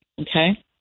Okay